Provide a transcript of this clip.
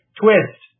twist